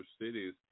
cities